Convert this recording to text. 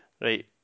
Right